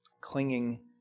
clinging